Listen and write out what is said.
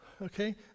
Okay